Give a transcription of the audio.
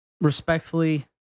respectfully